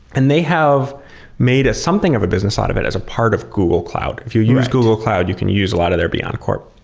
and they have made something of a business side of it as a part of google cloud. if you use google cloud, you can use a lot of their beyondcorp.